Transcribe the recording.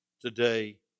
today